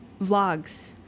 vlogs